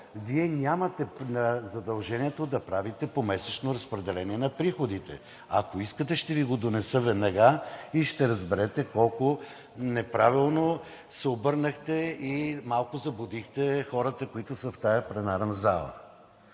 Вие нямате задължението да правите помесечно разпределение на приходите. Ако искате, ще Ви го донеса веднага и ще разберете колко неправилно се обърнахте и малко заблудихте хората, които са в тази пленарна зала.